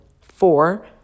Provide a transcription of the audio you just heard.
four